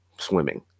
swimming